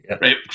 Right